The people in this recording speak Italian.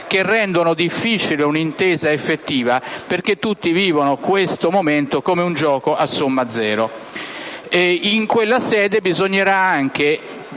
che rende difficile un'intesa effettiva, perché tutti vivono questo momento come un gioco a somma zero. In quella sede bisognerà anche